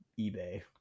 eBay